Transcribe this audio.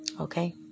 Okay